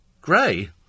grey